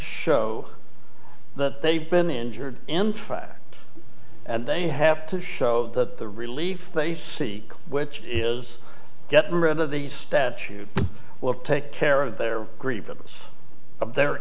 show that they've been injured and and they have to show that the relief they see which is get rid of the statue will take care of their grievance of their